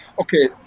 Okay